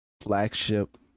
flagship